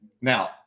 Now